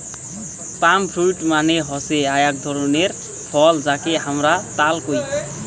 পাম fruit মানে হসে আক ধরণের ফল যাকে হামরা তাল কোহু